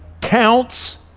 counts